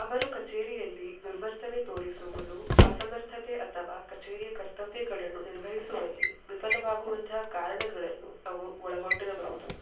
ಅವರು ಕಚೇರಿಯಲ್ಲಿ ದುರ್ವರ್ತನೆ ತೋರಿಸುವುದು ಅಸಮರ್ಥತೆ ಅಥವಾ ಕಚೇರಿಯ ಕರ್ತವ್ಯಗಳನ್ನು ನಿರ್ವಹಿಸುವಲ್ಲಿ ವಿಫಲವಾಗುವಂತಹ ಕಾರಣಗಳನ್ನು ಅವು ಒಳಗೊಂಡಿರಬಹುದು